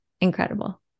incredible